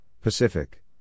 Pacific